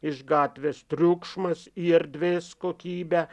iš gatvės triukšmas į erdvės kokybę